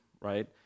right